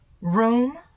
Room